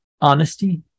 honesty